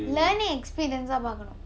learning experience ah பார்க்கணும்:paarkanum